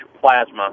plasma